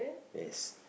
yes